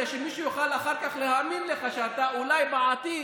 כדי שמישהו יוכל אחר כך להאמין לך שאתה אולי בעתיד